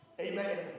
Amen